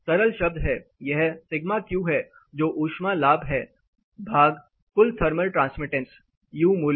सरल शब्द हैं यह सिग्मा क्यू ΣQ है जो ऊष्मा लाभ है भाग कुल थर्मल ट्रांसमिटेंस यू मूल्य